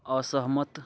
असहमत